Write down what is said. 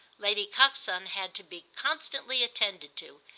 lady coxon had to be constantly attended to,